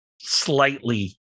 slightly